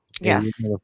yes